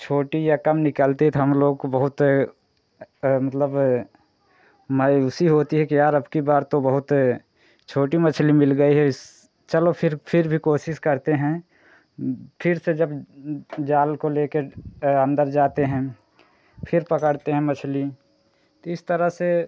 छोटी या कम निकलती है तो हम लोगों को बहुत अरे मतलब मायूसी होती है कि यार अबकी बार तो बहुत छोटी मछली मिल गई है इस चलो फ़िर फ़िर भी कोशिश करते हैं फ़िर से जब जाल को लेकर अंदर जाते हैं फ़िर पकड़ते हैं मछली तो इस तरह से